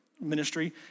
ministry